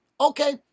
Okay